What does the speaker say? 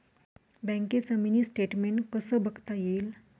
बँकेचं mini statement कसं बघता येईल?